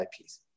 IPs